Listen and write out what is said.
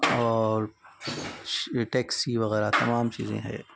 اور ٹیکسی وغیرہ تمام چیزیں ہیں